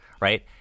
right